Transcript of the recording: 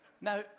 Now